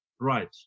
right